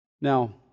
Now